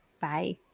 Bye